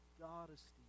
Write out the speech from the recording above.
God-esteem